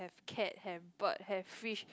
cat have bird have fish